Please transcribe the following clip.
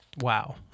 wow